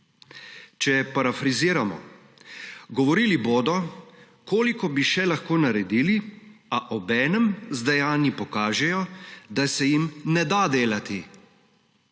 Če parafraziramo, govorili bodo, koliko bi še lahko naredili, a obenem z dejanji pokažejo, da se jim ne da delati,